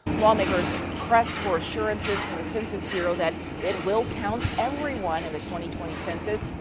lawmakers pressed for assurances from the census bureau that it will count everyone in the twenty twenty census,